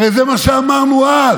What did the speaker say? הרי זה מה שאמרנו אז.